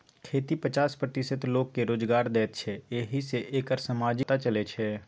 खेती पचास प्रतिशत लोककेँ रोजगार दैत छै एहि सँ एकर समाजिक मोल पता चलै छै